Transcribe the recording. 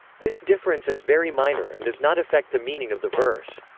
this difference is very minor and does not affect the meaning of the verse.